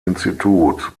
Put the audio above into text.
institut